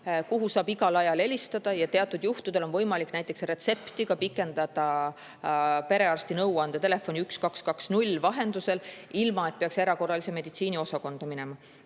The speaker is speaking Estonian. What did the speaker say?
kuhu saab igal ajal helistada. Teatud juhtudel on võimalik ka retsepti pikendada perearsti nõuandetelefoni 1220 vahendusel, ilma et peaks erakorralise meditsiini osakonda minema.